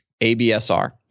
ABSR